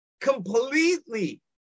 completely